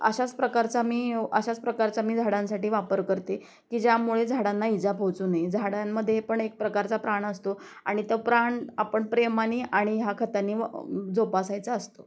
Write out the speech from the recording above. अशाच प्रकारचा मी य् अशाच प्रकारचा मी झाडांसाठी वापर करते की ज्यामुळे झाडांना इजा पोहोचू नाही झाडांमध्ये पण एकप्रकारचा प्राण असतो आणि तो प्राण आपण प्रेमाने आणि ह्या खतांनी व् जोपासायचा असतो